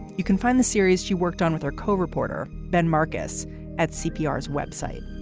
you can find the series she worked on with her co reporter ben markus at sniper's web site.